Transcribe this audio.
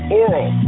oral